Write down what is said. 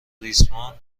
ریسمان